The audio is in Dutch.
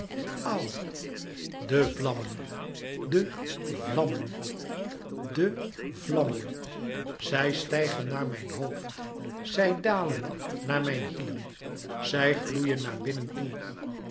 au de vlammen de vlammen de vlammen zij stijgen naar mijn hoofd zij dalen naar mijn hielen zij gloeien naar binnen toe